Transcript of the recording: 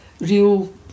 real